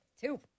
Two